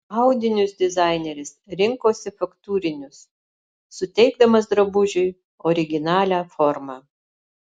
audinius dizaineris rinkosi faktūrinius suteikdamas drabužiui originalią formą